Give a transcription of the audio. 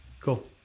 Cool